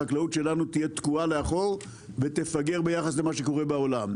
החקלאות שלנו תהיה תקועה מאחור ותפגר ביחס למה שקורה בעולם.